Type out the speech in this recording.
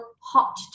hot